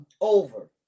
Over